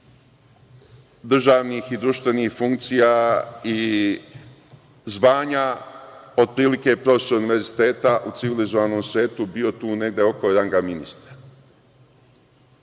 državnih i društvenih funkcija i zvanja, otprilike profesor univerziteta u civilizovanom svetu bio tu negde oko ranga ministra.